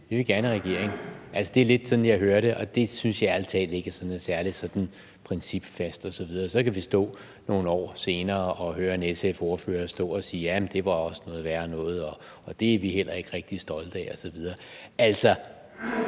vi vil gerne i regering? Det er lidt sådan, jeg hører det, og det synes jeg ærlig talt ikke er særlig sådan principfast osv. Så kan vi stå nogle år senere og høre en SF-ordfører stå og sige: Jamen, det var også noget værre noget, og det er vi heller ikke rigtig stolte af osv.